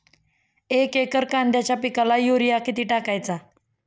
एक एकर कांद्याच्या पिकाला युरिया किती टाकायचा?